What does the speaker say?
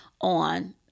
on